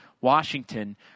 Washington